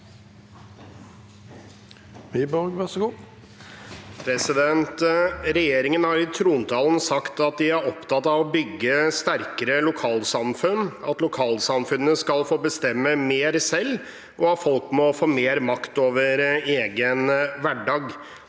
Regjeringen har i trontalen sagt at de er opptatt av å bygge sterkere lokalsamfunn, at lokalsamfunnene skal få bestemme mer selv, og at folk må få mer makt over egen hverdag.